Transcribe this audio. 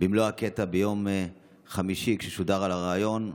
ביום חמישי, כששודר הריאיון?